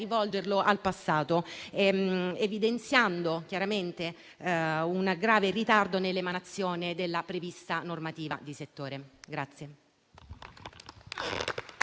rivolgerlo al passato, evidenziando chiaramente una grave ritardo nell'emanazione della prevista normativa di settore.